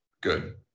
good